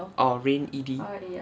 orh rain E D